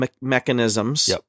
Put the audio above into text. mechanisms